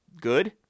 good